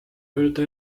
öelda